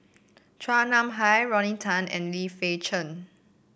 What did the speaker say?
Chua Nam Hai Rodney Tan and Lim Fei Shen